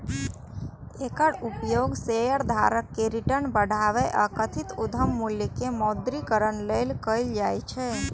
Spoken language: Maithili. एकर उपयोग शेयरधारक के रिटर्न बढ़ाबै आ कथित उद्यम मूल्य के मौद्रीकरण लेल कैल जाइ छै